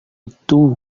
itu